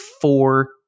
four